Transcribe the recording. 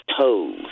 toes